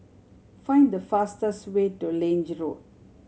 find the fastest way to Lange Road